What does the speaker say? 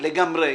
לגמרי,